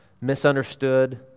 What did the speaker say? misunderstood